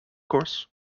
course